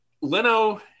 Leno